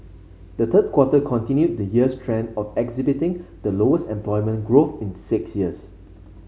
the third quarter continued the year's trend of exhibiting the lowest employment growth in six years